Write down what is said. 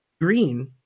Green